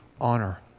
honor